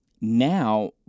Now